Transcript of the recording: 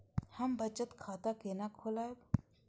हम बचत खाता केना खोलैब?